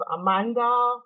Amanda